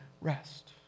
rest